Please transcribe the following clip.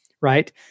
right